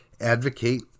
advocate